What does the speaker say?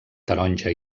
taronja